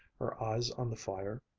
her eyes on the fire.